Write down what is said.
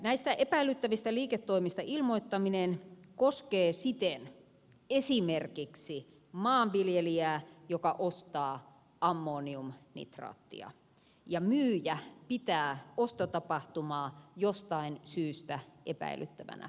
näistä epäilyttävistä liiketoimista ilmoittaminen koskee siten esimerkiksi maanviljelijää joka ostaa ammoniumnitraattia ja myyjä pitää ostotapahtumaa jostain syystä epäilyttävänä